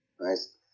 Nice